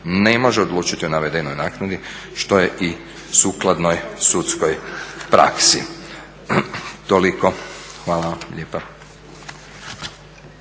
ne može odlučiti o navedenoj naknadi što je i sukladnoj sudskoj praksi. Toliko, hvala lijepa.